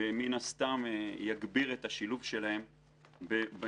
זה מן הסתם יגביר את השילוב שלהם במילואים.